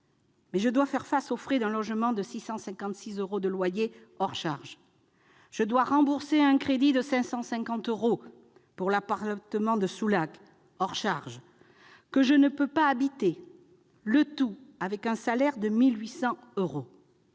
mais je dois faire face aux frais d'un logement de 656 euros de loyer hors charges, je dois rembourser un crédit de 550 euros pour l'appartement de Soulac-sur-Mer hors charges que je ne peux pas habiter, le tout avec un salaire de 1 800 euros.